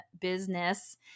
business